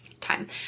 time